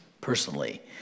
personally